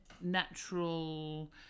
natural